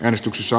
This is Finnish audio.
äänestyksessä